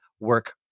work